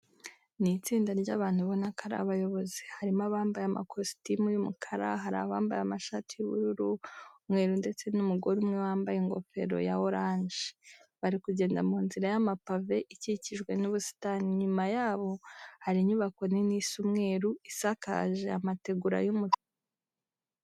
Ni itsinda ry'abantu ubona ko ari abayobozi, harimo abambaye amakositimu y'umukara, hari abambaye amashati y'ubururu, umweru ndetse n'umugore umwe wambaye ingofero ya oranje. Bari kugenda mu nzira y'amapave ikikijwe n'ubusitani, inyuma yabo hari inyubako nini isa umweru isakaje amategura y'umutuku.